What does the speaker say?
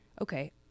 okay